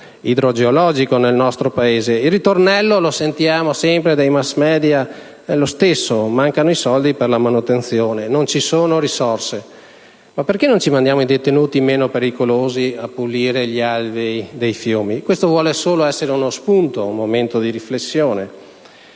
è sempre lo stesso: mancano i soldi per la manutenzione; non ci sono risorse. Ma perché non ci mandiamo i detenuti meno pericolosi a pulire gli alvei dei fiumi? Questo vuol essere solo uno spunto, un momento di riflessione.